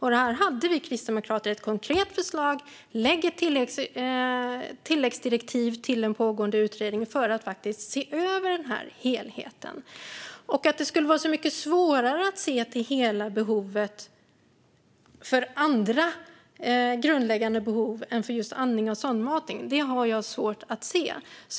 Här hade vi kristdemokrater ett konkret förslag om att ett tilläggsdirektiv skulle ges till den pågående utredningen för att helheten faktiskt skulle ses över. Att det skulle vara så mycket svårare att se till hela behovet för andra grundläggande behov än för just andning och sondmatning har jag svårt att se.